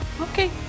okay